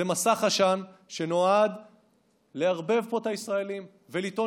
זה מסך עשן שנועד לערבב פה את הישראלים ולטעון